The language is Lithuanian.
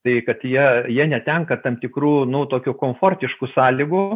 tai kad jie jie netenka tam tikrų nu tokių komfortiškų sąlygų